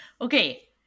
Okay